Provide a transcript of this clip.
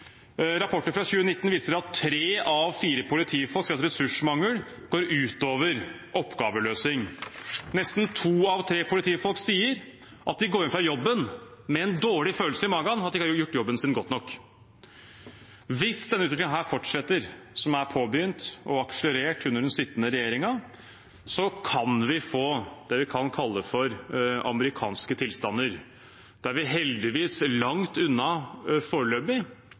Rapporter fra 2019 viser at tre av fire politifolk sier at ressursmangel går ut over oppgaveløsing. Nesten to av tre politifolk sier at de går hjem fra jobben med en dårlig følelse i magen av at de ikke har gjort jobben sin godt nok. Hvis denne utviklingen som er påbegynt og har akselerert under den sittende regjeringen, fortsetter, kan vi få det vi kan kalle for amerikanske tilstander. Vi er heldigvis langt unna foreløpig,